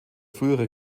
frühere